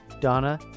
Donna